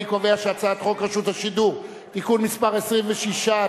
אני קובע שחוק רשות השידור (תיקון מס' 26),